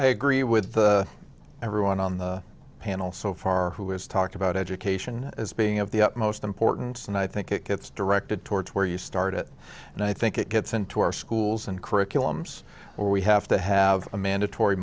i agree with everyone on the panel so far who has talked about education as being of the utmost importance and i think it gets directed towards where you start it and i think it gets into our schools and curriculums where we have to have a mandatory